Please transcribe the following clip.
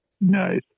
Nice